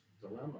dilemma